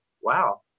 wow